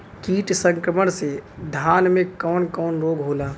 कीट संक्रमण से धान में कवन कवन रोग होला?